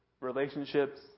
Relationships